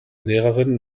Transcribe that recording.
lehrerin